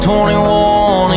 21